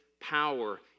power